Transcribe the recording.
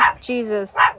Jesus